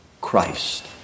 Christ